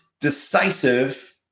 decisive